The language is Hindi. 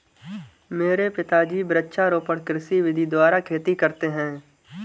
मेरे पिताजी वृक्षारोपण कृषि विधि द्वारा खेती करते हैं